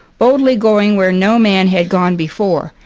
boldly going where no man had gone before.